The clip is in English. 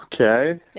okay